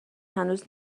هنوز